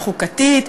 החוקתית,